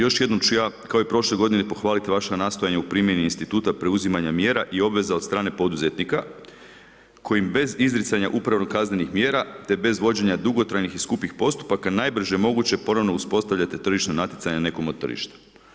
Još jednom ću ja kao i prošle godine pohvaliti vaše nastojanje u primjeni instituta preuzimanja mjera i obveza od strane poduzetnika kojim bez izricanja upravnih kaznenih mjera te bez vođenja dugotrajnih i skupih postupaka najbrže moguće ponovno uspostavljanje tržišno natjecanje nekom od tržišta.